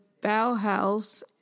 Bauhaus